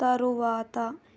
తరువాత